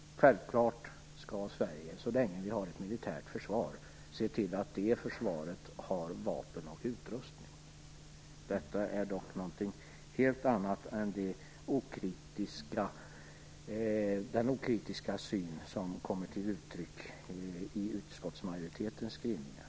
Självfallet skall Sverige, så länge vi har ett militärt försvar, se till att det försvaret har vapen och utrustning. Detta är dock någonting helt annat än den okritiska syn som kommer till uttryck i utskottsmajoritetens skrivningar.